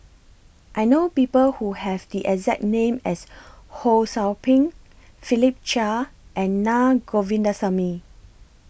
I know People Who Have The exact name as Ho SOU Ping Philip Chia and Naa Govindasamy